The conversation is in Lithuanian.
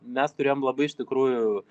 mes turėjom labai iš tikrųjų